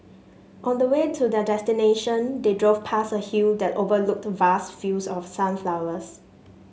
on the way to their destination they drove past a hill that overlooked vast fields of sunflowers